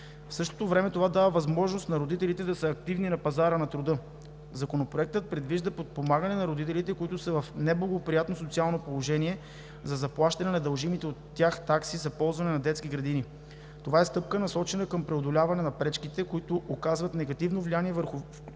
в същото време това дава възможност на родителите да са активни на пазара на труда. Законопроектът предвижда подпомагане на родителите, които са в неблагоприятно социално положение, за заплащане на дължимите от тях такси за ползване на детски градини. Това е стъпка, насочена към преодоляването на пречките, които оказват негативно влияние върху